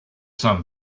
sun